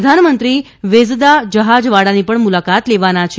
પ્રધાનમંત્રી વેઝદા જહાજ વાડાની પણ મુલાકાત લેવાના છે